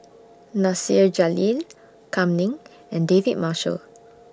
Nasir Jalil Kam Ning and David Marshall